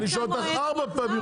אני שואל אותך ארבע פעמים.